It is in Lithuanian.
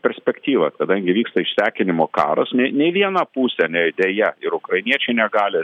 perspektyvą kadangi vyksta išsekinimo karas ne nei viena pusė nei deja ir ukrainiečiai negali